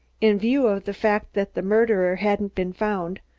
in view of the fact that the murderer hadn't been found,